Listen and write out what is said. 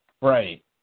Right